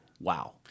wow